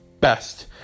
best